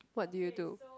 what did you do